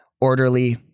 orderly